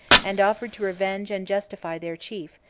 and offered to revenge and justify their chief,